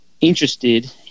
interested